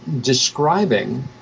describing